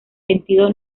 sentido